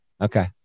Okay